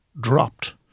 dropped